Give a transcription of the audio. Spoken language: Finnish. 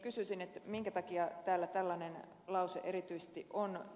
kysyisin minkä takia täällä tällainen lause erityisesti on